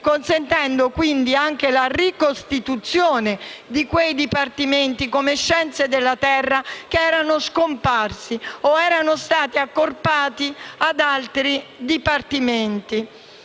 consentendo quindi anche la ricostituzione di quei dipartimenti, come scienze della Terra, che erano scomparsi o accorpati ad altri dipartimenti.